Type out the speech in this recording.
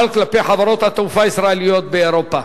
כלפי חברות התעופה הישראליות באירופה.